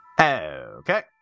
Okay